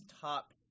top